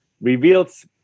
reveals